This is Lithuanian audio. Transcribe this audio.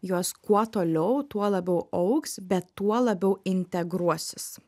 jos kuo toliau tuo labiau augs bet tuo labiau integruosis